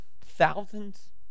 thousands